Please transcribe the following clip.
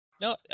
no